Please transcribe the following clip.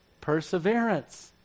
perseverance